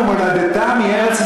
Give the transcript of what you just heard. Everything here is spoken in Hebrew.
אבל ארצם ומולדתם היא ארץ-ישראל.